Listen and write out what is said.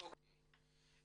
אוקיי.